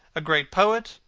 a great poet,